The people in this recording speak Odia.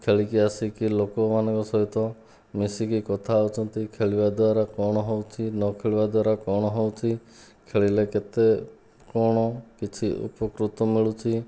ଖେଳିକି ଆସିକି ଲୋକମାନଙ୍କ ସହିତ ମିଶିକି କଥା ହେଉଛନ୍ତି ଖେଳିବା ଦ୍ୱାରା କ'ଣ ହେଉଛି ନ ଖେଳିବା ଦ୍ୱାରା କ'ଣ ହେଉଛି ଖେଳିଲେ କେତେ କ'ଣ କିଛି ଉପକୃତ ମିଳୁଛି